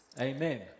Amen